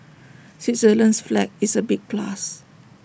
Switzerland's flag is A big plus